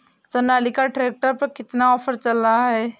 Sonalika tractor पर कितना offer चल रहा है?